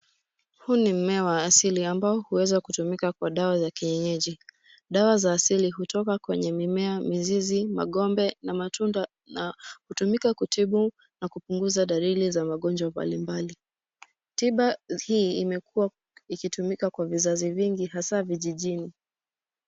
Huu ni mmea wa asili ambo huweza kutumika kwa dawa za kinyeji. Dawa za asili hutoka kwenye mimea, mizizi, magombe na matunda na kutumika kutibu na kupunguza dalili za magonjwa mbalimbali. Tiba hii imekuwa ikitumika kwa vizazi zingi hasa vijijini.